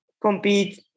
compete